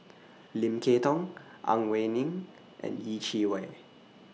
Lim Kay Tong Ang Wei Neng and Yeh Chi Wei